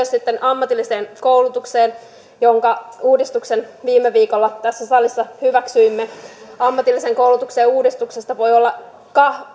sitten ammatilliseen koulutukseen jonka uudistuksen viime viikolla tässä salissa hyväksyimme ammatillisen koulutuksen uudistuksesta voi olla